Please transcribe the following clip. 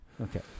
Okay